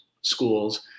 schools